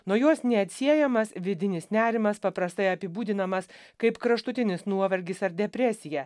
nuo jos neatsiejamas vidinis nerimas paprastai apibūdinamas kaip kraštutinis nuovargis ar depresija